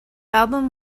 album